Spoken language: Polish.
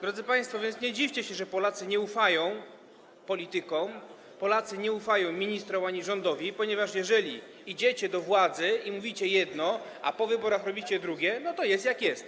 Drodzy państwo, więc nie dziwcie się, że Polacy nie ufają politykom, Polacy nie ufają ministrom ani rządowi, ponieważ jeżeli idziecie do władzy i mówicie jedno, a po wyborach robicie drugie, to jest, jak jest.